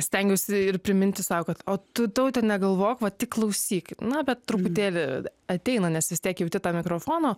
stengiuosi ir priminti sau kad o tu taute negalvok va tik klausyk na bet truputėlį ateina nes vis tiek jauti tą mikrofono